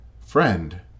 Friend